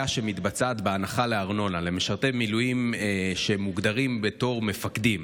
שמתבצעת בהנחה לארנונה למשרתי מילואים שמוגדרים בתור מפקדים.